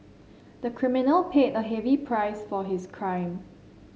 the criminal paid a heavy price for his crime